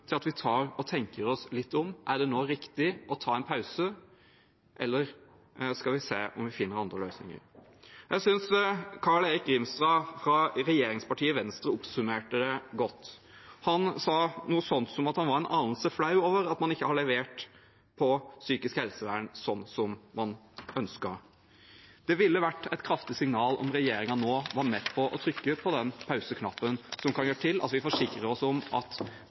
litt om: Er det nå riktig å ta en pause, eller skal vi se om vi finner andre løsninger? Jeg synes Carl-Erik Grimstad fra regjeringspartiet Venstre oppsummerte det godt. Han sa noe sånt som at han var en anelse flau over at man ikke hadde levert på psykisk helsevern sånn som man ønsket. Det ville være et kraftig signal om regjeringen nå var med på å trykke på pauseknappen, som kan gjøre at vi forsikrer oss om at